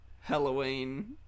Halloween